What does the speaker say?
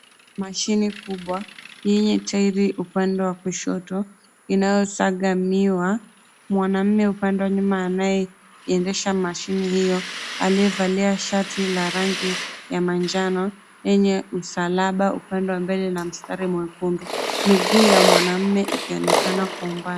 Mashine kubwa yenye tairi upande wa kushoto, inayosaga miwa, mwanaume upande wa nyuma anayeendesha mashine hiyo aliyevalia la rangi ya manjano yenye msalaba upande wa mbele na mstari mwekundu. Miguu ya mwanaume ikionekana kwa umbali.